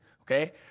Okay